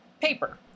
paper